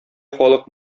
халык